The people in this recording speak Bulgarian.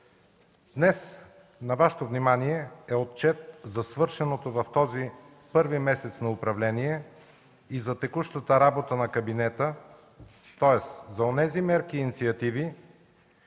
Днес на Вашето внимание е Отчет за свършеното в този първи месец на управление и за текущата работа на кабинета, тоест за онези мерки и инициативи,